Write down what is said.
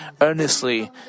earnestly